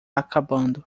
acabando